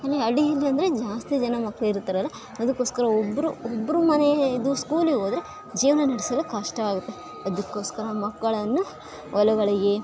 ಅಲ್ಲಿ ಹಳ್ಳಿಯಲ್ಲಿ ಅಂದರೆ ಜಾಸ್ತಿ ಜನ ಮಕ್ಳು ಇರ್ತಾರಲ್ಲ ಅದಕ್ಕೋಸ್ಕರ ಒಬ್ಬರು ಇಬ್ಬರು ಮನೆ ಇದು ಸ್ಕೂಲು ಹೋದ್ರೆ ಜೀವನ ನೆಡ್ಸೋದು ಕಷ್ಟ ಆಗತ್ತೆ ಅದಕ್ಕೋಸ್ಕರ ಮಕ್ಕಳನ್ನು ಹೊಲಗಳಿಗೆ